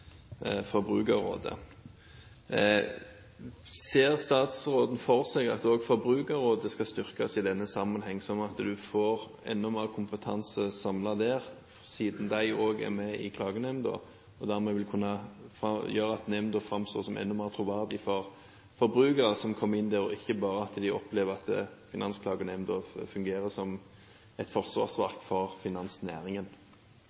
Ser statsråden for seg at også Forbrukerrådet skal styrkes i denne sammenheng, slik at en får mer kompetanse samlet der – siden de også er med i klagenemnda og dermed vil kunne gjøre at nemnda framstår som enda mer troverdig for forbrukere som kommer inn der, og at de ikke bare opplever at Finansklagenemnda fungerer som et